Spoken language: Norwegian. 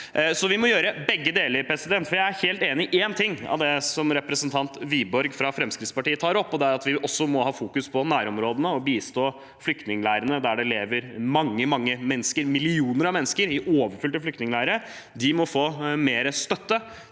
Vi må gjøre begge deler. Jeg er helt enig i én ting av det representanten Wiborg fra Fremskrittspartiet tar opp, og det er at vi også må fokusere på nærområdene og bistå flyktningleirene, der det lever mange, mange mennesker – millioner av mennesker – i overfylte flyktningleirer. De må få mer støtte.